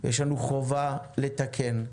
יש לנו חובה לתקן,